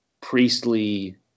priestly